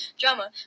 drama